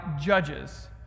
judges